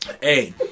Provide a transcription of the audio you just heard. Hey